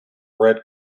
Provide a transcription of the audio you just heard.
red